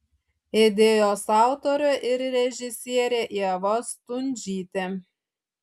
idėjos autorė ir režisierė ieva stundžytė